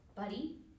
Buddy